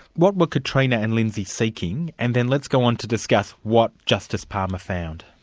what were katrina and lindsay seeking, and then let's go on to discuss what justice palmer found.